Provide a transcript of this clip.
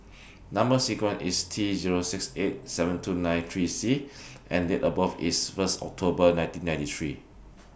Number sequence IS T Zero six eight seven two nine three C and Date of birth IS one October nineteen ninety three